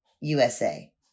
USA